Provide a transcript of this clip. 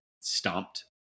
stomped